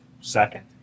second